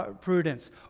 prudence